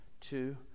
Two